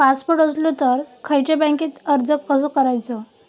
Passport असलो तर खयच्या बँकेत अर्ज कसो करायचो?